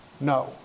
No